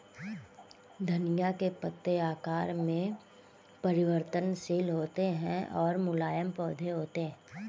धनिया के पत्ते आकार में परिवर्तनशील होते हैं और मुलायम पौधे होते हैं